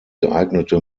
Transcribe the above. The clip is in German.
geeignete